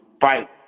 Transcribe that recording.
fight